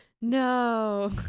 No